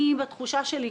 בתחושה שלי,